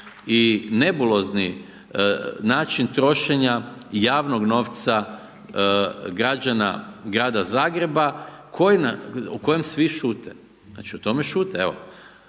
i nebulozni način trošenja javnog novca građana Grada Zagreba o kojem svi šute, znači o tome šute. Evo,